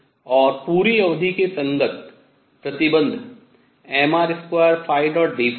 और पूरी अवधि के संगत प्रतिबन्ध mr2dϕ है